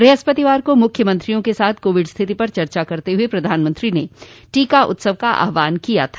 ब्रहस्पतिवार को मुख्यमंत्रियों के साथ कोविड स्थिति पर चर्चा करते हुए प्रधानमंत्री ने टीका उत्सव का आह्वान किया था